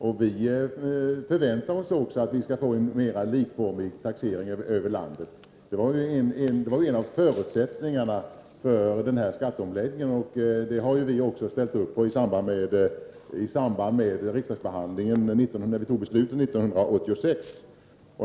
Men vi förväntar oss också en mera likformig taxering över hela landet. Det var ju en av förutsättningarna för omläggningen. Detta ställer vi oss bakom i samband med beslutet 1986.